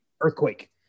earthquake